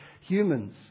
humans